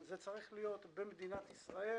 זה צריך להיות במדינת ישראל,